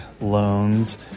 loans